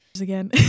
Again